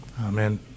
Amen